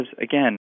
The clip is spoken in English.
again